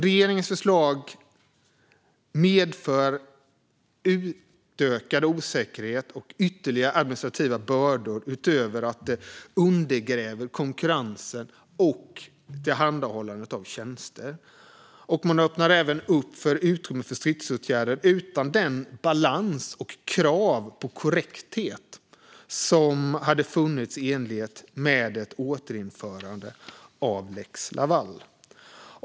Regeringens förslag medför ökad osäkerhet och ytterligare administrativa bördor utöver att det undergräver konkurrensen och tillhandahållandet av tjänster. Förslaget öppnar även upp för utrymmet för stridsåtgärder utan den balans och de krav på korrekthet som hade funnits i enlighet med ett återinförande av lex Laval.